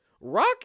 Rock